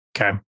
Okay